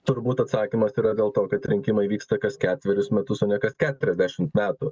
turbūt atsakymas yra dėl to kad rinkimai vyksta kas ketverius metus o ne kas keturiasdešimt metų